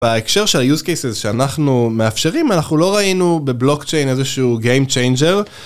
בהקשר של ה-use cases שאנחנו מאפשרים, אנחנו לא ראינו בבלוקצ'יין איזשהו Game Changer